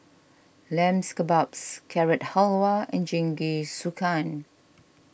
Lambs Kebabs Carrot Halwa and Jingisukan